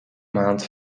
maand